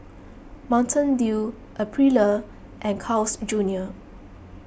Mountain Dew Aprilia and Carl's Junior